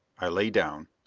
i lay down,